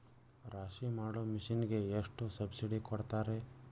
ರಾಶಿ ಮಾಡು ಮಿಷನ್ ಗೆ ಎಷ್ಟು ಸಬ್ಸಿಡಿ ಕೊಡ್ತಾರೆ?